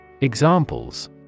Examples